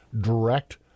direct